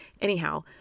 Anyhow